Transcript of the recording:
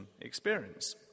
experience